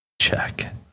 Check